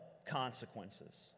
consequences